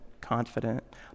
confident